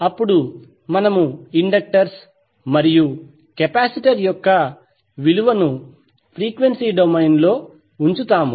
అప్పుడు మనము ఇండక్టర్స్ మరియు కెపాసిటర్ యొక్క విలువను ఫ్రీక్వెన్సీ డొమైన్లో ఉంచుతాము